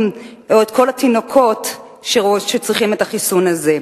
או את כל התינוקות שצריכים את החיסון הזה,